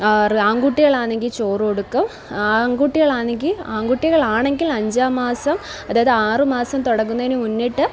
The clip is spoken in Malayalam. ആണ്കുട്ടികളാണെങ്കില് ചോറുകൊടുക്കും ആണ്കുട്ടികളാണെങ്കില് ആണ്കുട്ടികളാണെങ്കില് അഞ്ചാംമാസം അതായത് ആറ് മാസം തുടങ്ങുന്നതിന് മുന്നേയായിട്ട്